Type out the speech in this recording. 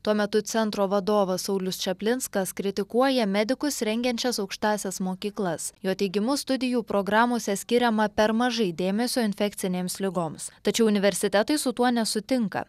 tuo metu centro vadovas saulius čaplinskas kritikuoja medikus rengiančias aukštąsias mokyklas jo teigimu studijų programose skiriama per mažai dėmesio infekcinėms ligoms tačiau universitetai su tuo nesutinka